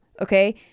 Okay